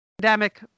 pandemic